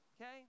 okay